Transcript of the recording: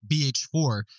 BH4